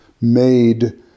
made